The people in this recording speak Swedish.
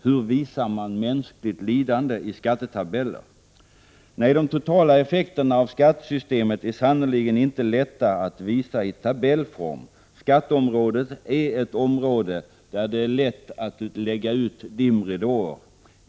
Hur visar man mänskligt lidande i skattetabeller? Nej, det är sannerligen inte lätt att visa de totala effekterna av skattesystemet i tabellform. Skatteområdet är ett område där det är lätt att lägga ut dimridåer.